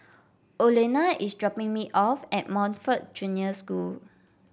Olena is dropping me off at Montfort Junior School